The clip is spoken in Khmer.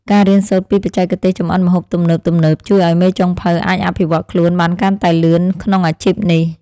ការរៀនសូត្រពីបច្ចេកទេសចម្អិនម្ហូបទំនើបៗជួយឱ្យមេចុងភៅអាចអភិវឌ្ឍខ្លួនបានកាន់តែលឿនក្នុងអាជីពនេះ។